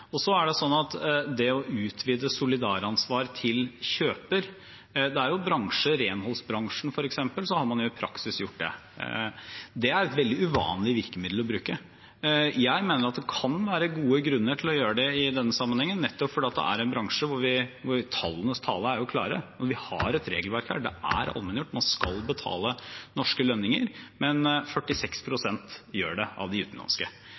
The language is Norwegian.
det gjelder det å utvide solidaransvar til kjøper, er det jo bransjer, f.eks. renholdsbransjen, der man i praksis har gjort det. Det er et veldig uvanlig virkemiddel å bruke. Jeg mener at det kan være gode grunner til å gjøre det i denne sammenhengen, nettopp fordi det er en bransje hvor tallenes tale er klar. Vi har et regelverk her, det er allmenngjort, man skal betale norske lønninger, men bare 46 pst. av de utenlandske